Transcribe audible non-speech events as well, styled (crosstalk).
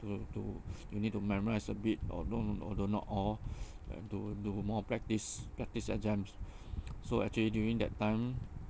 to to (breath) you need to memorise a bit although although not all (breath) like do do more practice practice exams (breath) (noise) so actually during that time